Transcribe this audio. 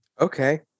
Okay